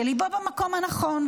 שליבו במקום הנכון,